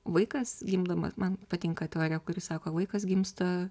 vaikas gimdamas man patinka teorija kuri sako vaikas gimsta